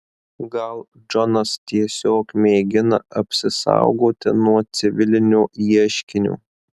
gal džonas tiesiog mėgina apsisaugoti nuo civilinio ieškinio